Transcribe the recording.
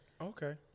Okay